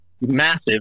massive